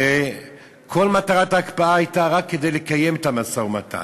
וכל מטרת ההקפאה הייתה רק לקיים את המשא-ומתן,